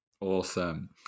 Awesome